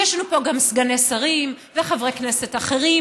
ויש לנו פה גם סגני שרים וחברי כנסת אחרים,